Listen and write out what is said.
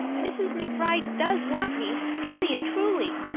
mrs. mcbride does want me, really and truly.